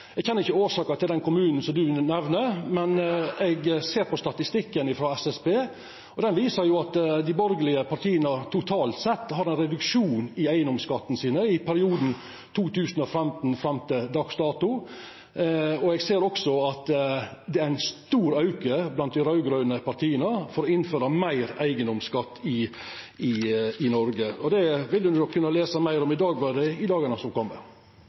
Eg kjenner ikkje årsaka når det gjeld den kommunen som representanten nemner, men eg ser av statistikken frå SSB at dei borgarlege partia totalt sett har hatt ein reduksjon i eigedomsskatten i perioden frå 2015 og fram til dags dato. Eg ser også at det er ein stor auke blant dei raud-grøne partia med omsyn til å innføra meir eigedomsskatt i Noreg. Det vil ein nok kunna lesa meir om i Dagbladet i dagane som